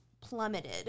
plummeted